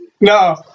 no